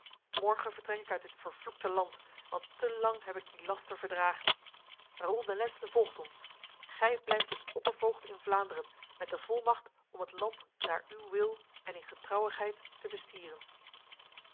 morgen vertrek ik uit dit vervloekte land want te lang heb ik die laster verdragen raoul de nesle volgt ons gij blijft als oppervoogd in vlaanderen met de volmacht om het land naar uw wil en in getrouwigheid te bestieren